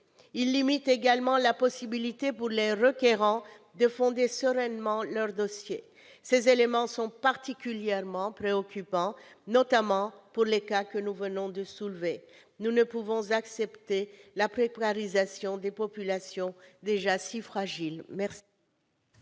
limite également la possibilité pour les requérants de fonder sereinement leurs dossiers. Ces éléments sont particulièrement préoccupants, notamment pour les cas que nous venons de soulever. Nous ne pouvons accepter la précarisation de populations déjà si fragiles